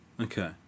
Okay